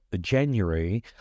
January